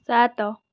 ସାତ